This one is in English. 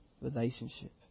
relationship